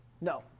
No